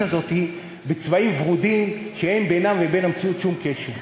הזאת בצבעים ורודים שאין בינם לבין המציאות שום קשר.